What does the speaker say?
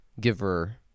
giver